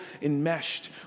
enmeshed